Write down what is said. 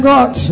God